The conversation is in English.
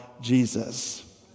Jesus